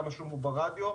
כמה שמעו ברדיו,